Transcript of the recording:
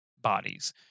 bodies